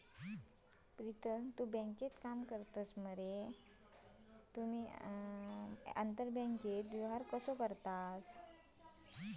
प्रीतम तु बँकेत काम करतस तुम्ही आंतरबँक व्यवहार कशे करतास?